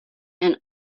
and